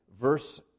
verse